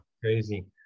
crazy